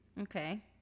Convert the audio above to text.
Okay